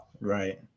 Right